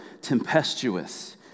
tempestuous